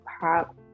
pop